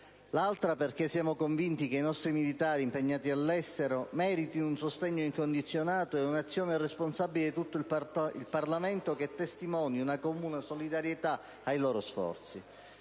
ragione è che siamo convinti che i nostri militari impegnati all'estero meritino un sostegno incondizionato ed un'azione responsabile di tutto il Parlamento, che testimoni una comune solidarietà ai loro sforzi.